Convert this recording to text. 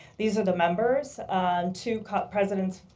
these are the members two presidents,